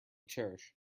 cherish